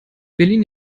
berlin